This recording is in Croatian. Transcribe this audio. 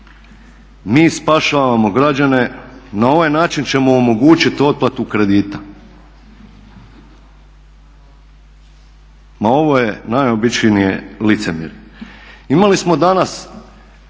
mi spašavamo građane, na ovaj način ćemo omogućiti otplatu kredita. Ma ovo je najobičnije licemjerje. Imali smo danas